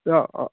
ꯑꯥ ꯑꯥ